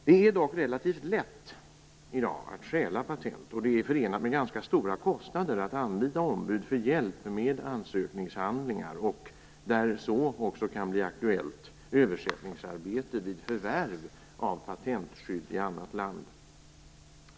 Det är dock relativt lätt i dag att stjäla patent, och det är förenat med ganska stora kostnader att anlita ombud för hjälp med ansökningshandlingar och, där så också kan bli aktuellt, översättningsarbete vid förvärv av patentskydd i annat land.